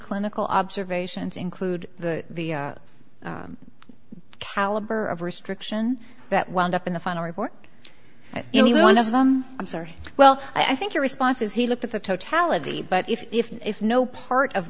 clinical observations include the caliber of restriction that wound up in the final report at any one of them i'm sorry well i think your response is he looked at the totality but if if if no part of